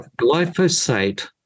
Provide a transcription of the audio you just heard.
glyphosate